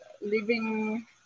living